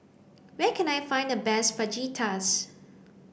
where can I find the best Fajitas